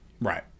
Right